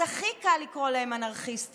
אז הכי קל לקרוא להם אנרכיסטים,